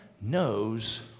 knows